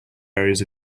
areas